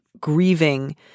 grieving